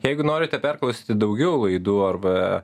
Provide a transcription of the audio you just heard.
jeigu norite perklausyti daugiau laidų arba